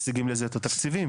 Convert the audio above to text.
משיגים לזה את התקציבים.